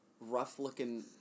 rough-looking